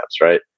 right